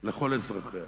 לכל אזרחיה,